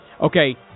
Okay